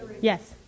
Yes